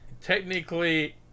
technically